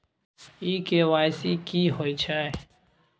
इ के.वाई.सी की होय छै?